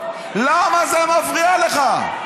למה זה מפריע לך?